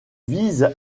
visent